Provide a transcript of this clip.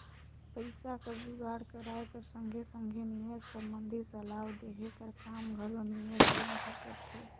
पइसा कर जुगाड़ कराए कर संघे संघे निवेस संबंधी सलाव देहे कर काम घलो निवेस बेंक हर करथे